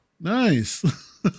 Nice